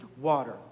water